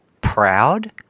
proud